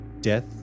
death